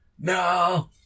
No